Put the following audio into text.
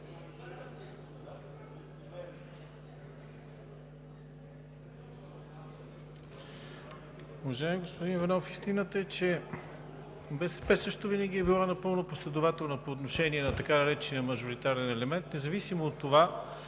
че БСП също винаги е била напълно последователна по отношение на така наречения „мажоритарен елемент“, независимо от това